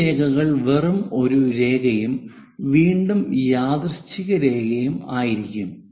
ഈ രേഖകൾ വെറും ഒരു രേഖയും വീണ്ടും യാദൃശ്ചിക രേഖയും ആയിരിക്കും